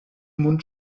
mund